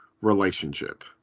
relationship